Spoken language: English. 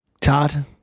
Todd